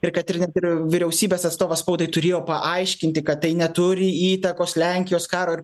ir kad ir net ir vyriausybės atstovas spaudai turėjo paaiškinti kad tai neturi įtakos lenkijos karo ir